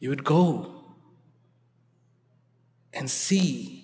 you would go and see